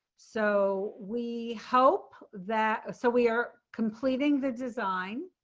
so we hope that so we are completing the design